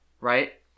right